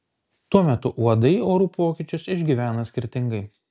tuo metu uodai orų pokyčius išgyvena skirtingai